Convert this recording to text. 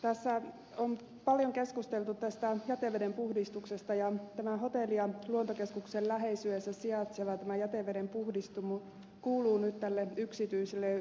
tässä on paljon keskusteltu jäteveden puhdistuksesta ja tämä hotelli ja luontokeskuksen läheisyydessä sijaitseva jätevedenpuhdistamo kuuluu nyt tälle yksityiselle yrittäjälle